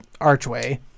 archway